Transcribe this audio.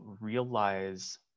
realize